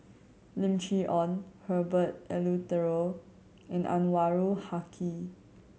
Lim Chee Onn Herbert Eleuterio and Anwarul Haque